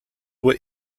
were